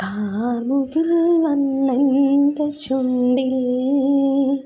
കാർമുകിൽ വർണ്ണൻ്റെ ചുണ്ടിൽ